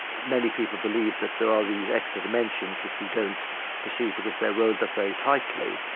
many people believe that there are these extra dimensions, which we don't perceive because they're rolled up very tightly.